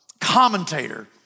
commentator